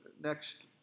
next